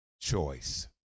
Choice